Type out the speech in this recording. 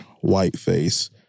whiteface